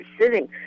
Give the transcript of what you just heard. sitting